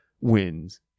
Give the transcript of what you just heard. wins